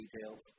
details